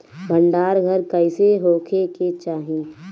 भंडार घर कईसे होखे के चाही?